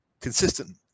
consistent